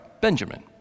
Benjamin